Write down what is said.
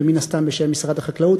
ומן הסתם בשם משרד החקלאות,